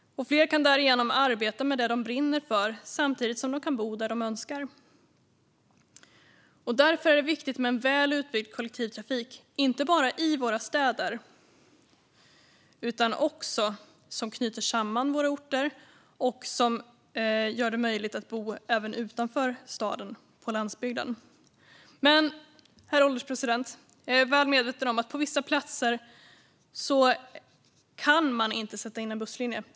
Fler kan därigenom arbeta med det som de brinner för samtidigt som de kan bo där de önskar. Därför är det viktigt med en väl utbyggd kollektivtrafik, inte bara i våra städer, som knyter samman orter och som gör det möjligt att bo även utanför staden, på landsbygden. Jag är medveten om, herr ålderspresident, att på vissa platser kan man inte sätta in en busslinje.